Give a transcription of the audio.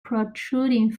protruding